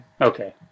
Okay